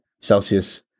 Celsius